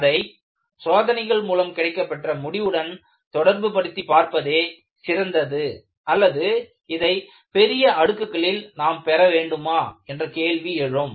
அதை சோதனைகள் மூலம் கிடைக்கப்பெற்ற முடிவுடன் தொடர்புபடுத்தி பார்ப்பதே சிறந்தது அல்லது இதை பெரிய அடுக்குகளில் நாம் பெற வேண்டுமா என்ற கேள்வி எழும்